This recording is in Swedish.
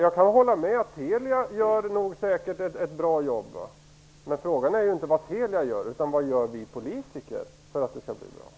Jag kan hålla med om att Telia säkert gör ett bra jobb. Men frågan är inte vad Telia gör utan vad vi politiker gör för att det skall bli bra.